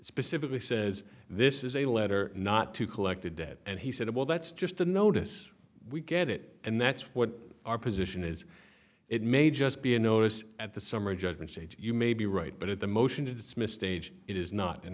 specifically says this is a letter not to collect a debt and he said well that's just a notice we get it and that's what our position is it may just be a notice at the summary judgment stage you may be right but at the motion to dismiss stage it is not in